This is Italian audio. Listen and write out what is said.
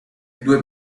due